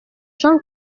jean